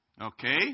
okay